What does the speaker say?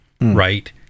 right